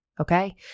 Okay